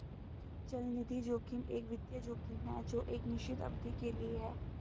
चलनिधि जोखिम एक वित्तीय जोखिम है जो एक निश्चित अवधि के लिए है